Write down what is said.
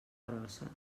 grossa